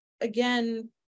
again